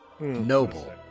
Noble